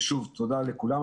שוב, תודה לכולם.